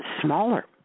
smaller